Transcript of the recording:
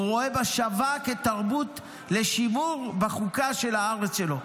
הוא רואה בה שווה כתרבות לשימור בחוקה של הארץ שלו.